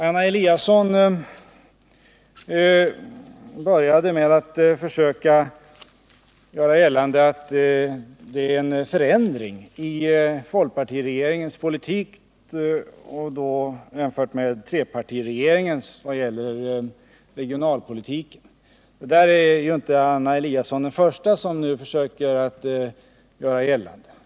Anna Eliasson började med att försöka göra gällande att det är en förändring i folkpartiregeringens politik jämfört med trepartiregeringens vad gäller regionalpolitiken. Det där är Anna Eliasson inte den första som försöker göra gällande.